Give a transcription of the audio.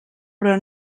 però